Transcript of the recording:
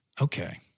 okay